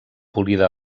polida